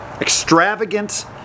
extravagant